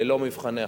ללא מבחני הכנסה,